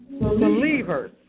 Believers